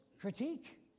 critique